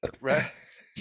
Right